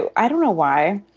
i don't know why.